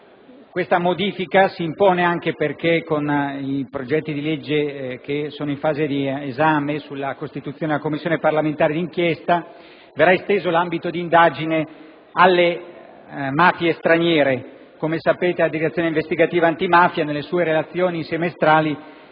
Questa modifica s'impone anche perché, con i progetti di legge che sono in fase di esame sulla costituzione della Commissione parlamentare d'inchiesta, verrà esteso l'ambito d'indagine alle mafie straniere. Come sapete, la Direzione investigativa antimafia, nelle sue relazioni semestrali,